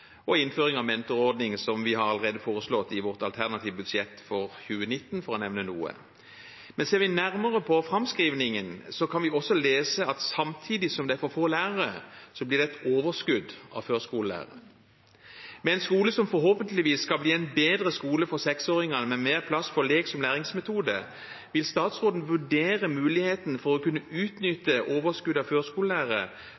og innføring av en mentorordning, som vi allerede har foreslått i vårt alternative budsjett for 2019, for å nevne noe. Men ser vi nærmere på framskrivningen, kan vi også lese at samtidig som det er for få lærere, blir det et overskudd av førskolelærere. Med en skole som forhåpentligvis skal bli en bedre skole for seksåringene, med mer plass for lek som læringsmetode, vil statsråden vurdere muligheten for å kunne